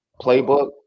playbook